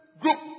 group